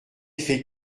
fait